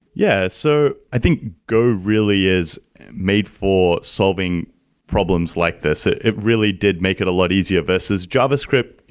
yeah. so i think go really is made for solving problems like this. ah it really did make it a lot easier, versus javascript,